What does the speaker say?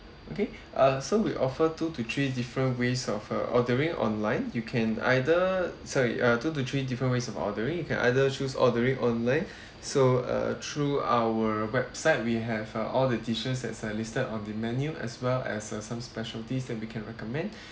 okay uh so we offer two to three different ways of uh ordering online you can either sorry uh two to three different ways of ordering you can either choose ordering online so uh through our website we have uh all the dishes that's uh listed on the menu as well as uh some specialties that we can recommend